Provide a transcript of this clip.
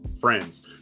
friends